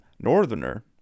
northerner